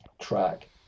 track